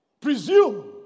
Presume